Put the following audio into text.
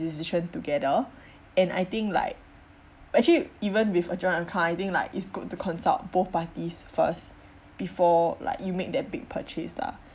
decision together and I think like actually even with a joint account I think like it's good to consult both parties first before like you make that big purchase lah